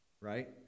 Right